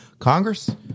Congress